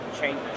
Change